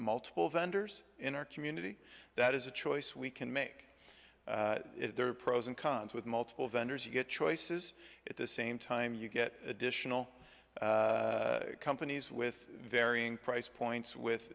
multiple vendors in our community that is a choice we can make there are pros and cons with multiple vendors you get choices at the same time you get additional companies with varying price points with